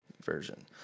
version